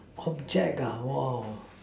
object ah !wah!